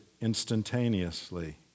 instantaneously